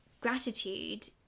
gratitude